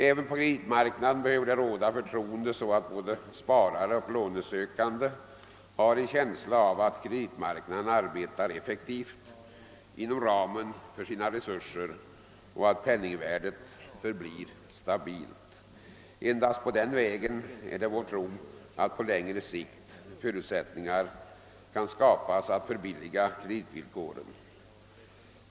även på kreditmarknaden behöver förtroende råda, så att både sparare och lånesökande har en känsla av att kreditmarknaden arbetar effektivt inom ramen för sina resurser och att penningvärdet förblir stabilt. Endast på den vägen är det enligt vår tro möjligt att på längre sikt skapa förutsättningar för att förbilliga kreditvillkoren.